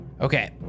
Okay